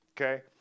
Okay